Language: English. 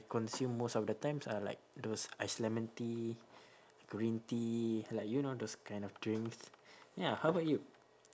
consume most of the times are like those ice lemon tea green tea like you know those kind of drinks ya how about you